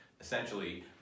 essentially